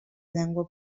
llengua